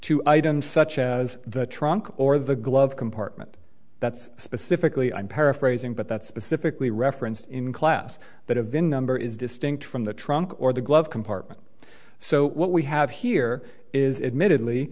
two items such as the trunk or the glove compartment that's specifically i'm paraphrasing but that's specifically referenced in class that have been number is distinct from the trunk or the glove compartment so what we have here is admittedly